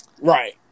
Right